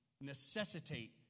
necessitate